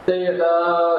tai yra